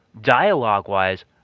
dialogue-wise